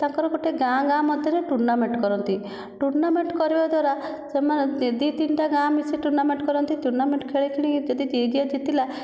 ତାଙ୍କର ଗୋଟିଏ ଗାଆଁ ଗାଆଁ ମଧ୍ୟରେ ଟୁର୍ଣ୍ଣାମେନ୍ଟ କରନ୍ତି ଟୁର୍ଣ୍ଣାମେନ୍ଟ କରିବା ଦ୍ୱାରା ସେମାନେ ଦୁଇ ତିନିଟା ଗାଆଁ ମିଶିକିରି ଟୁର୍ଣ୍ଣାମେନ୍ଟ କରନ୍ତି ଟୁର୍ଣ୍ଣାମେନ୍ଟ ଖେଳି ଯଦି ଯିଏ ଯିଏ ଜିତିଲା